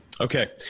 Okay